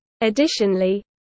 Additionally